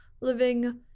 living